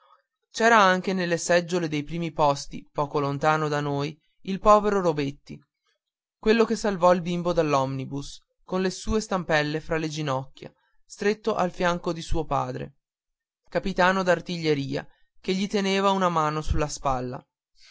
c'era anche nelle seggiole dei primi posti poco lontano da noi il povero robetti quello che salvò il bimbo dall'omnibus con le sue stampelle fra le ginocchia stretto al fianco di suo padre capitano d'artiglieria che gli teneva una mano sulla spalla